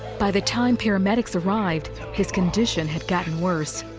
by the time paramedics arrived, his condition had gotten worse.